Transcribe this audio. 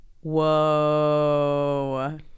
Whoa